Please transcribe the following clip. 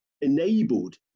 enabled